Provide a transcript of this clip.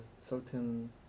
certain